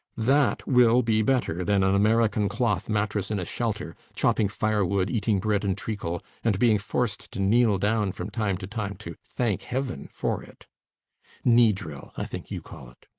that will be better than an american cloth mattress in a shelter, chopping firewood, eating bread and treacle, and being forced to kneel down from time to time to thank heaven for it knee drill, i think you call it.